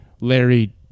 Larry